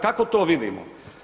Kako to vidio?